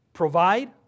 provide